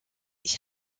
ich